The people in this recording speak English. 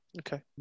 Okay